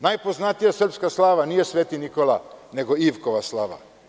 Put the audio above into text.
Najpoznatija srpska slava nije Sveti Nikola, nego Ivkova slava.